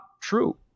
true